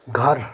घर